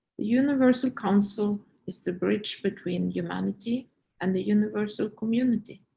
universal council is the bridge between humanity and the universal community.